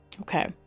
Okay